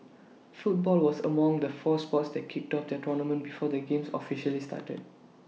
football was among the four sports that kicked off their tournaments before the games officially started